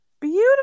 Beautiful